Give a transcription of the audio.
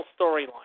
storyline